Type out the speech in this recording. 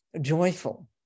joyful